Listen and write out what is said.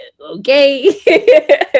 okay